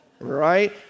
Right